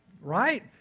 Right